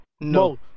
No